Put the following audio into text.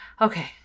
Okay